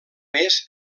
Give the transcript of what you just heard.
més